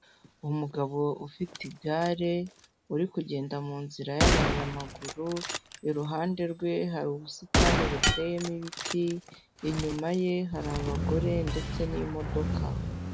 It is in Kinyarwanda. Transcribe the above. Umugabo ufite igare uri kugenda mu nzira y'abanyamaguru, iruhande rwe hari ubusitani buteyemo ibiti, inyuma ye hari abagore ndetse n'imodoka.